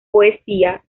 poesía